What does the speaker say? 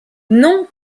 nom